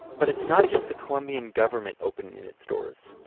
but it's not just the colombia and government opening its doors.